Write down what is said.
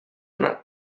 not